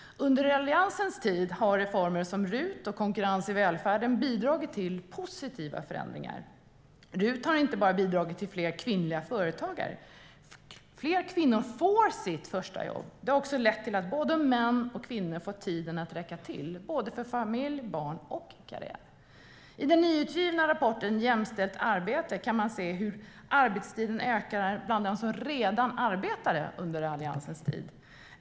Under Alliansens tid har reformer som RUT och konkurrens i välfärden bidragit till positiva förändringar. RUT har inte bara bidragit till fler kvinnliga företagare, utan fler kvinnor får sitt första jobb. Det har också lett till att både män och kvinnor fått tiden att räcka till för familj, barn och karriär. I den nyutgivna rapporten Jämställt arbete? kan man se hur arbetstiden ökade bland dem som redan arbetade under Alliansens tid.